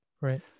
Right